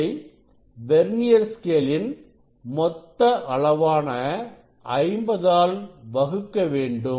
இதை vernier scale இன் மொத்த அளவான 50 ஆல் வகுக்க வேண்டும்